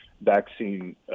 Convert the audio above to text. vaccine